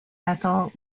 ethyl